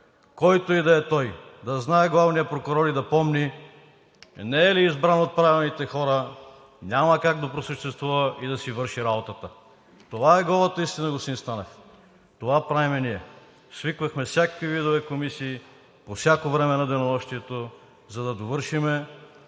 който и да е той, да знае главният прокурор и да помни не е ли избран от правилните хора, няма как да просъществува и да си върши работата. Това е голата истина, господин Станев, това правим ние. Свиквахме всякакви видове комисии, по всяко време на денонощието, за да довършим